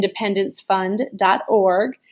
independencefund.org